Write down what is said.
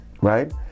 right